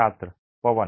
छात्र पवन